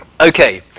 okay